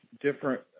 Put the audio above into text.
different